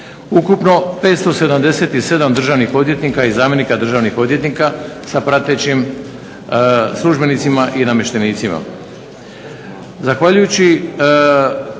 Ukupno 577 državnih odvjetnika i zamjenika državnih odvjetnika sa pratećim službenicima i namještenicima.